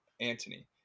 antony